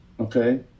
okay